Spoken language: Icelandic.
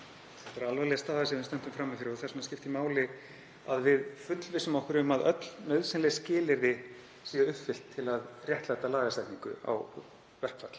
Þetta er alvarleg staða sem við stöndum frammi fyrir og þess vegna skiptir máli að við fullvissum okkur um að öll nauðsynleg skilyrði séu uppfyllt til að réttlæta lagasetningu á verkfall.